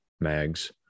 mags